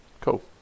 Cool